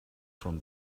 from